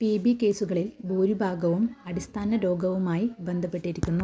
P B കേസുകളിൽ ഭൂരിഭാഗവും അടിസ്ഥാന രോഗവുമായി ബന്ധപ്പെട്ടിരിക്കുന്നു